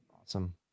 Awesome